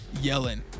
yelling